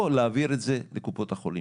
או להעביר את זה לקופות החולים.